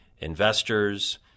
investors